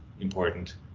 important